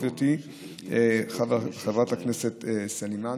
גברתי חברת הכנסת סלימאן,